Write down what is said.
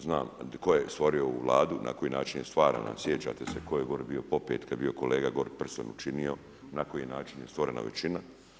Znam tko je stvorio ovu Vladu, na koji način je stvarana, sjećate se tko je gore bio popet kad je bio kolega gore ... učinio, na koji način je stvorena većina.